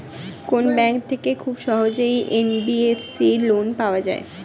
কোন ব্যাংক থেকে খুব সহজেই এন.বি.এফ.সি লোন পাওয়া যায়?